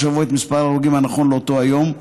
שבוע את מספר ההרוגים הנכון לאותו היום,